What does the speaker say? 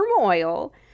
turmoil